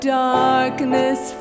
darkness